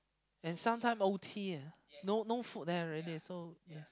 and sometime o_t eh no no food there already so yeah